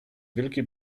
wielkiej